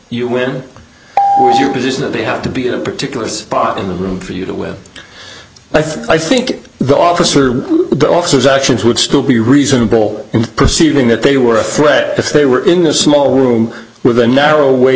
you win your position that they have to be in a particular spot in the room for you to win i think the officer the officers actions would still be reasonable and perceiving that they were a threat because they were in a small room with a narrow way